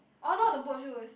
oh not the boat shoes